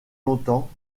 longtemps